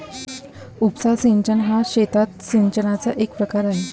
उपसा सिंचन हा शेतात सिंचनाचा एक प्रकार आहे